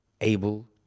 able